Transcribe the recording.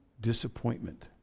disappointment